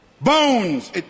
bones